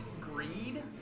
greed